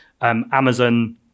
Amazon